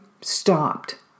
stopped